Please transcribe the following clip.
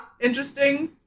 Interesting